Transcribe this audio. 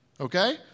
Okay